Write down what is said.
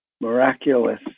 miraculous